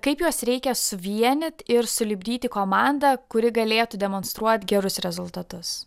kaip juos reikia suvienyt ir sulipdyt į komandą kuri galėtų demonstruot gerus rezultatus